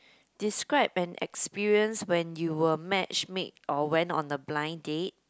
describe an experience when you were matchmade or went on a blind date